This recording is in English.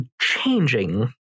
changing